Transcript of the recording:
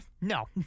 No